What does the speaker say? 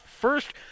first